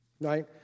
right